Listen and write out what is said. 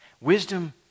Wisdom